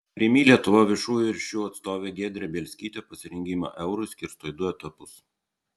rimi lietuva viešųjų ryšių atstovė giedrė bielskytė pasirengimą eurui skirsto į du etapus